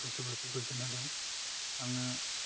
गोसोफोरखौ गोजोन होदों आङो